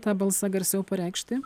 tą balsą garsiau pareikšti